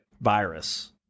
virus